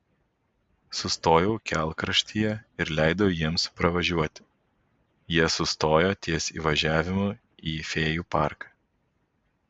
sustojau kelkraštyje ir leidau jiems pravažiuoti jie sustojo ties įvažiavimu į fėjų parką